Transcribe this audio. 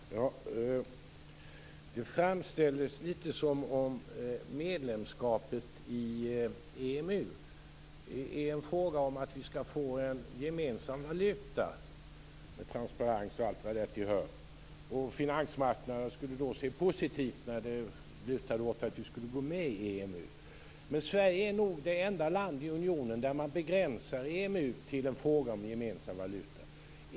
Herr talman! Det framställdes lite grann som om medlemskapet i EMU är en fråga om att vi skall få en gemensam valuta med transparens och allt vad därtill hör och att finansmarknaden då skulle se positivt på när det lutar åt att vi skulle gå med i EMU. Men Sverige är nog det enda landet i unionen där man begränsar EMU till en fråga om gemensam valuta.